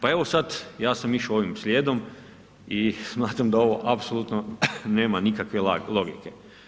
Pa evo, sada ja sam išao ovim slijedom i smatram da ovo apsolutno nema nikakve logike.